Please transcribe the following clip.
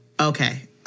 Okay